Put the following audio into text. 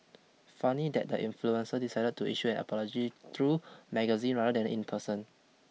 funny that the influencer decided to issue an apology through magazine rather than in person